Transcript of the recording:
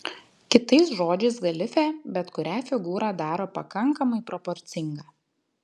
kitais žodžiais galifė bet kurią figūrą daro pakankamai proporcinga